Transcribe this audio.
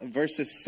verses